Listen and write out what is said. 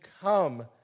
come